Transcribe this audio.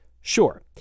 Sure